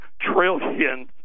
trillions